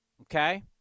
Okay